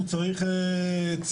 הוא צריך צח"ים,